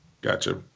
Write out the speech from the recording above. gotcha